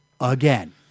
again